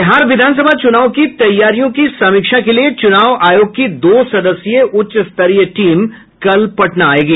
बिहार विधान सभा चूनाव की तैयारियों की समीक्षा के लिये चूनाव आयोग की दो सदस्यीय उच्च स्तरीय टीम कल पटना आयेगी